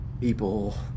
people